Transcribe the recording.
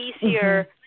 easier